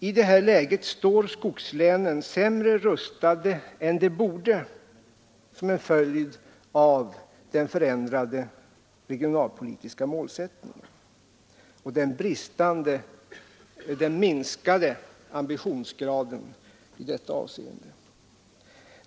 I detta läge står skogslänen sämre rustade än de borde som en följd av den förändrade regionalpolitiska målsättningen och den minskade ambitionsgraden i detta avseende.